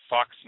Fox